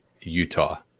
Utah